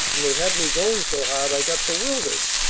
and they had me going so hard i got bewildered.